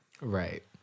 right